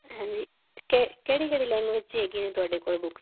ਹਾਂਜੀ ਕੇ ਕਿਹੜੀ ਕਿਹੜੀ ਲੈਂਗੁਏਜ ਚ ਹੈਗੀਆਂ ਨੇ ਤੁਹਾਡੇ ਕੋਲ ਬੁੱਕਸ